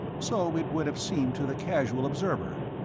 so it would have seemed to the casual observer.